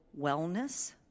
wellness